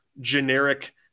generic